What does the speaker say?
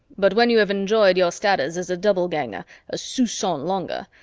but when you have enjoyed your status as doubleganger a soupcon longer,